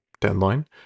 deadline